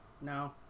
no